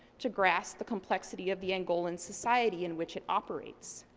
to grasp the complexity of the angolan society in which it operates.